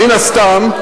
מן הסתם,